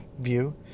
view